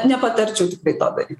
nepatarčiau tikrai to daryt